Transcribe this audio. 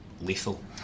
lethal